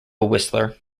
whistler